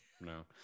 No